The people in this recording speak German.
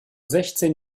sechzehn